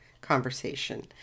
conversation